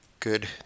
good